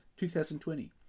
2020